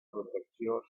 protecció